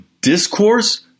discourse